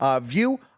view